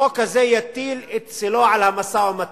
החוק הזה יטיל את צלו על המשא-ומתן.